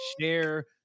share